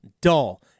dull